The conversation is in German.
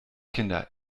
kinder